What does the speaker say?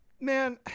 Man